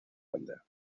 banda